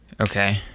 Okay